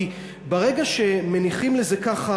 כי ברגע שמניחים לזה ככה,